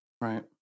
right